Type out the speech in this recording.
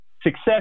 success